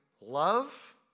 love